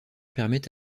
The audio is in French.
permet